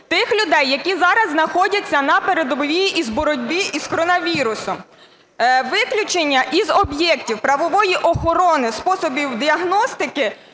тих людей, які зараз знаходяться на передовій по боротьбі з коронавірусом. Виключення із об'єктів правової охорони способів діагностики